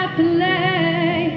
play